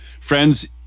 friends